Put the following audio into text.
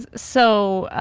ah so,